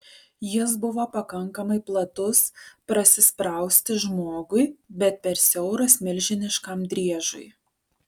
jis buvo pakankamai platus prasisprausti žmogui bet per siauras milžiniškam driežui